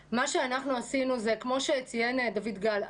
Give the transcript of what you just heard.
כמו שציין דויד גל,